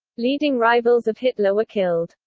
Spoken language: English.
leading rivals of hitler were killed.